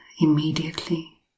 immediately